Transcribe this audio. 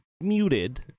muted